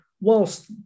whilst